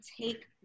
take